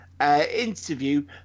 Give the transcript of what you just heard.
interview